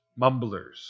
mumblers